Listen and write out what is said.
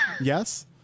yes